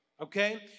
Okay